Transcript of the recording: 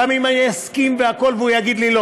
גם אם אני אסכים והכול והוא יגיד לי לא,